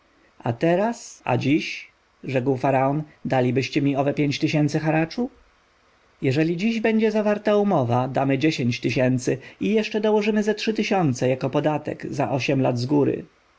a teraz a dziś rzekł faraon dalibyście mi owe pięć tysięcy haraczu jeżeli dziś będzie zawarta umowa damy dziesięć tysięcy i jeszcze dołożymy ze trzy tysiące jako podatek za trzy lata zgóry